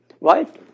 right